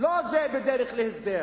לא שזה בדרך להסדר.